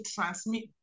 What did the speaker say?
transmit